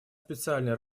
специальной